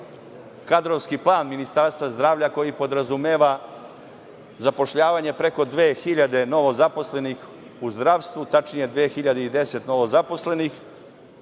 kadrovski plan Ministarstva zdravlja koji podrazumeva zapošljavanje preko dve hiljade novozaposlenih u zdravstvu, tačnije 2.010 novozaposlenih.